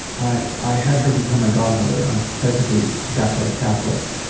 i i had her become my godmother. i'm technically baptized catholic.